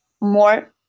more